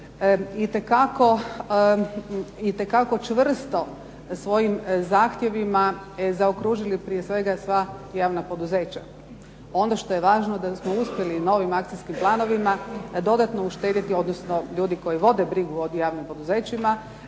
itekako čvrsto svojim zahtjevima zaokružili prije svega sva javna poduzeća. Ono što je važno da smo uspjeli novim akcijskim planovima dodatno uštedjeti odnosno ljudi koji vode brigu o javnim poduzećima